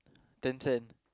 ten cents